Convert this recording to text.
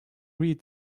read